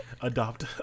adopt